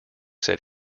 said